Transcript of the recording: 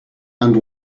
and